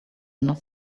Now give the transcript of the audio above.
not